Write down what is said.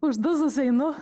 uždusus einu